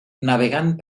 navegant